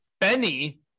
Benny